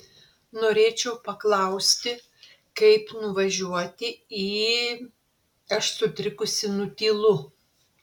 norėčiau paklausti kaip nuvažiuoti į aš sutrikusi nutylu